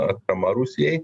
atrama rusijai